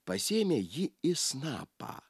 pasiėmė ji į snapą